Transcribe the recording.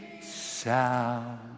sound